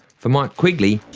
for mike quigley,